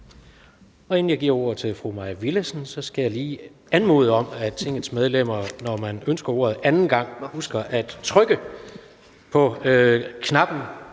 Inden jeg giver ordet til fru Mai Villadsen, skal jeg lige anmode om, at Tingets medlemmer, når man ønsker ordet anden gang, husker at trykke på knappen.